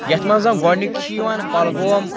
یَتھ منٛز گۄڈنیُک چھِ یِوان کۄلگوم